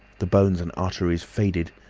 the bones and arteries faded,